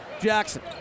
Jackson